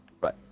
right